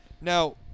Now